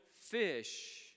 fish